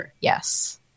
Yes